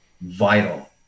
vital